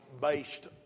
based